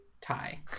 tie